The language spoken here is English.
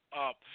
up